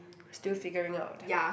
still figuring out